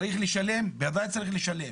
צריך לשלם, בוודאי שצריך לשלם.